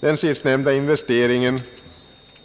Den sistnämnda investeringen